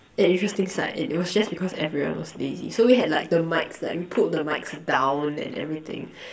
an interesting sight and it was just because everyone was lazy so we had like the mikes like we pulled the mikes down and everything